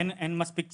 אין מספיק פסיכיאטרים,